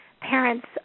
parents